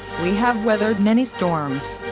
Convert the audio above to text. we have weathered many storms.